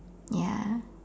ya